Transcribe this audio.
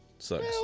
Sucks